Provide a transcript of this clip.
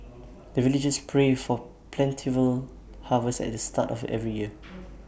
the villagers pray for plentiful harvest at the start of every year